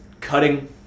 cutting